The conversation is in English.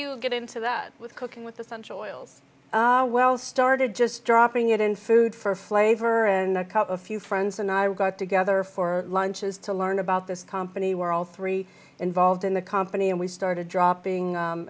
you get into that with cooking with essential oils well started just dropping it in food for flavor and cup a few friends and i wrote together for lunches to learn about this company were all three involved in the company and we started dropping